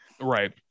right